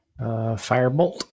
Firebolt